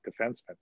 defensemen